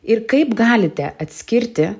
ir kaip galite atskirti